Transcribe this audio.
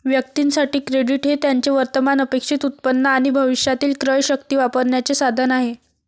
व्यक्तीं साठी, क्रेडिट हे त्यांचे वर्तमान अपेक्षित उत्पन्न आणि भविष्यातील क्रयशक्ती वापरण्याचे साधन आहे